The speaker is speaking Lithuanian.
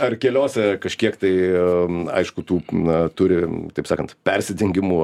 ar keliose kažkiek tai aišku tų na turi taip sakant persidengimų